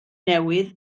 newydd